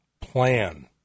plan